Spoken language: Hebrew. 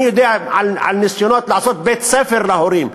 אני יודע על ניסיונות לעשות בית-ספר להורים,